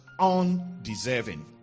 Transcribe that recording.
undeserving